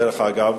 דרך אגב,